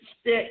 stick